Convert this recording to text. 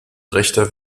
rechter